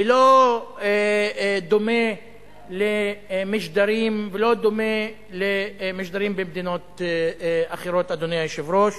ולא דומה למשדרים במדינות אחרות, אדוני היושב-ראש.